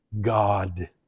God